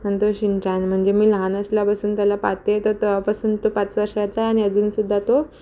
आणि तो शिनचान म्हणजे मी लहान असल्यापासून त्याला पाहते तर तेव्हापासून तो पाच वर्षाचा आहे आणि अजूनसुद्धा तो